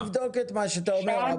אנחנו נבדוק את מה שאתה אומר.